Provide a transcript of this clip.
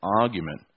argument